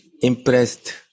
impressed